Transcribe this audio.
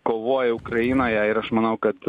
kovoja ukrainoje ir aš manau kad